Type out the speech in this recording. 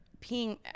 peeing